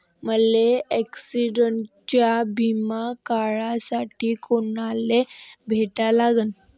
मले ॲक्सिडंटचा बिमा काढासाठी कुनाले भेटा लागन?